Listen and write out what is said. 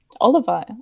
Oliver